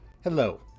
hello